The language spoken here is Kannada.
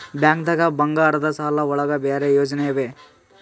ಬ್ಯಾಂಕ್ದಾಗ ಬಂಗಾರದ್ ಸಾಲದ್ ಒಳಗ್ ಬೇರೆ ಯೋಜನೆ ಇವೆ?